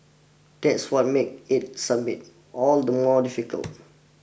that's what make it summit all the more difficult